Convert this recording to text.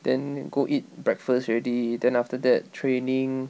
then go eat breakfast already then after that training